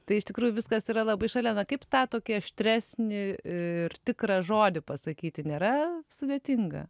tai iš tikrųjų viskas yra labai šalia na kaip tą tokį aštresnį ir tikrą žodį pasakyti nėra sudėtinga